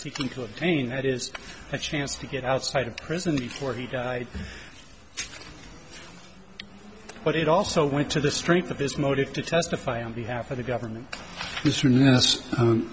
seeking to obtain that is a chance to get outside of prison before he died but it also went to the strength of his motive to testify on behalf of the government